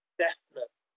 definite